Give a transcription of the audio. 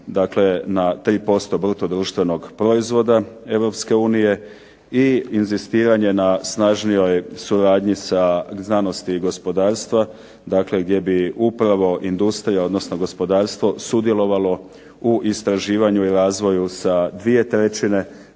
dakle na 3% bruto društvenog proizvoda Europske unije i inzistiranje na snažnijoj suradnji sa znanosti i gospodarstva gdje bi upravo industrija odnosno gospodarstvo sudjelovalo u istraživanju i razvoju sa 2/3 dok